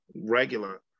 regular